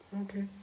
Okay